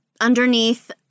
underneath